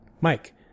Mike